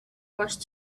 forced